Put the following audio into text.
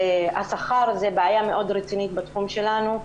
השכר זה בעיה מאוד רצינית בתחום שלנו.